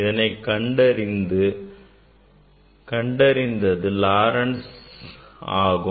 இதனை கண்டறிந்தது Laurent's ஆகும்